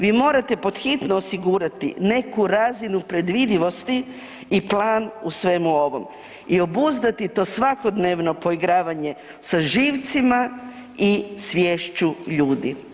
Vi morate pod hitno osigurati neku razinu predvidivosti i plan u svemu ovome i obuzdati to svakodnevno poigravanje sa živcima i sviješću ljudi.